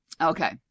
Okay